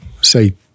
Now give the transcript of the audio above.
say